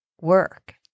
work